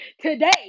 today